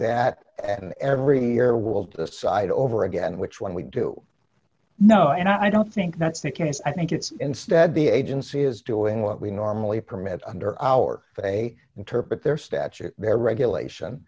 that at every year will decide over again which one we do know and i don't think that's the case i think it's instead the agency is doing what we normally permit under our they interpret their stature their regulation